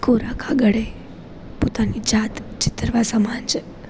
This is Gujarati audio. એક કોરા કાગળે પોતાની જાત ચીતરવા સમાન છે